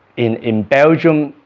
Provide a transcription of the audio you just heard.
in in belgium,